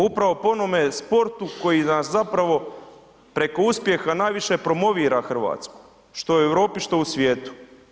Upravo po onome sportu koji nas zapravo preko uspjeha najviše promovira Hrvatsku, što u Europi što u svijetu.